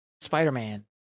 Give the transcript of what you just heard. Spider-Man